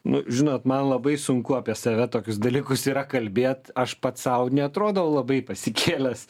nu žinot man labai sunku apie save tokius dalykus yra kalbėt aš pats sau neatrodau labai pasikėlęs